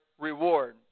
reward